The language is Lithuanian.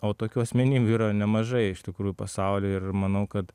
o tokių asmenybių yra nemažai iš tikrųjų pasauly ir manau kad